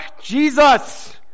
Jesus